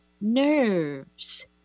nerves